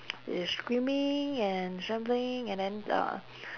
screaming and scrambling and then uh